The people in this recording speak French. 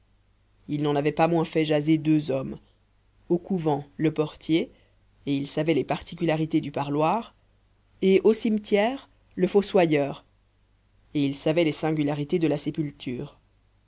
il n'en avait pas moins fait jaser deux hommes au couvent le portier et il savait les particularités du parloir et au cimetière le fossoyeur et il savait les singularités de la sépulture